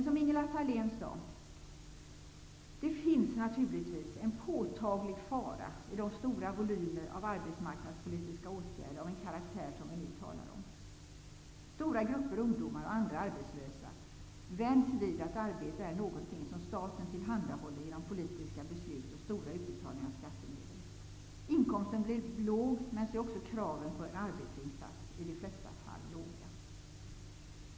Som Ingela Thale n sade, finns det naturligtvis en påtaglig fara i stora volymer av arbetsmarknadspolitiska åtgärder av den karaktär som vi nu talar om. Stora grupper ungdomar och andra arbetslösa vänjs vid att arbete är någonting som staten tillhandahåller genom politiska beslut och stora utbetalningar av skattemedel. Inkomsten blir låg, men så är också kraven på arbetsinsats i de flesta fall låga.